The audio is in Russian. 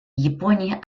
япония